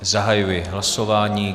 Zahajuji hlasování.